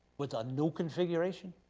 with a new configuration?